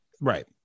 Right